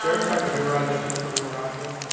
um spector, have you ever auditioned for we will rock you?